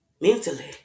mentally